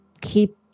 keep